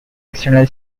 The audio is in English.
external